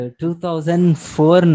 2004